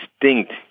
distinct